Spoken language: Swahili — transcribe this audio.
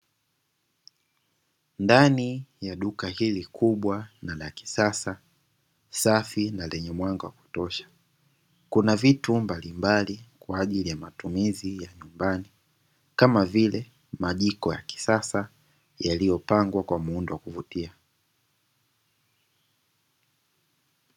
Ndani ya duka hili kubwa na la kisasa safi na lenye mwanga wa kutosha, kuna vitu mbalimbali kwa ajili ya matumizi ya nyumbani, kama vile majiko ya kisasa yaliyopangwa kwa muundo wa kuvutia.